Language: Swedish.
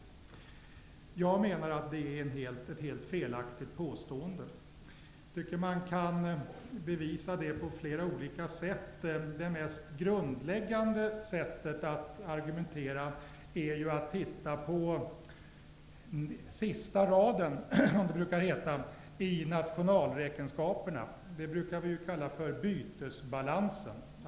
Jag menar att det är ett helt felaktigt påstående. Man kan bevisa detta på flera olika sätt. Det mest grundläggande sättet att argumentera är att titta på den s.k. sista raden i nationalräkenskaperna. Den brukar vi kalla bytesbalansen.